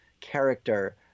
character